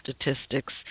statistics